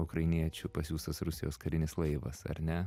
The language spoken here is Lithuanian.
ukrainiečių pasiųstas rusijos karinis laivas ar ne